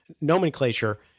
nomenclature